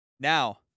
Now